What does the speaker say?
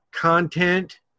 content